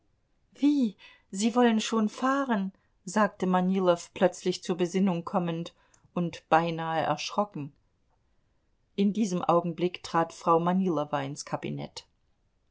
wie sie wollen schon fahren sagte manilow plötzlich zur besinnung kommend und beinahe erschrocken in diesem augenblick trat frau manilow ins kabinett